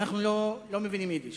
אנחנו לא מבינים יידיש.